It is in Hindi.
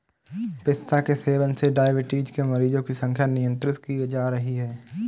पिस्ता के सेवन से डाइबिटीज के मरीजों की संख्या नियंत्रित की जा रही है